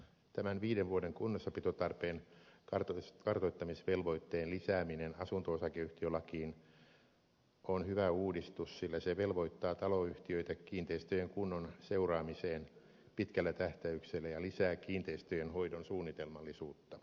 tämän viiden vuoden kunnossapitotarpeen kartoittamisvelvoitteen lisääminen asunto osakeyhtiölakiin on hyvä uudistus sillä se velvoittaa taloyhtiöitä kiinteistöjen kunnon seuraamiseen pitkällä tähtäyksellä ja lisää kiinteistöjen hoidon suunnitelmallisuutta